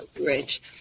rich